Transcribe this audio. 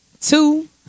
two